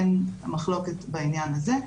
אין מחלוקת בעניין הזה.